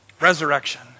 Resurrection